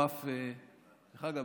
דרך אגב,